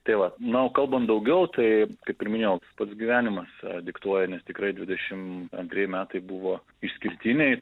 tai va nu a kalbant daugiau taip kaip ir minėjau pats gyvenimas diktuoja nes tikrai dvidešim antri metai buvo išskirtiniai